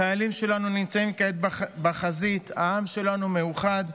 החיילים שלנו נמצאים כעת בחזית, העם שלנו מאוחד,